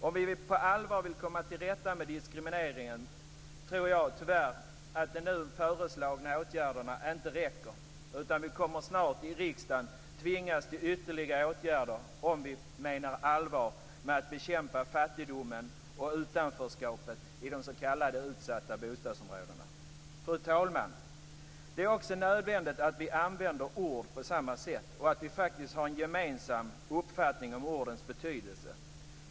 Om vi på allvar vill komma till rätta med diskrimineringen, tror jag tyvärr, att de nu föreslagna åtgärderna inte räcker, utan vi kommer snart i riksdagen att tvingas till ytterligare åtgärder om vi menar allvar med att bekämpa fattigdomen och utanförskapet i de s.k. utsatta bostadsområdena. Fru talman! Det är också nödvändigt att vi använder ord på samma sätt, och att vi faktiskt har en gemensam uppfattning om ordens betydelse.